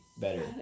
better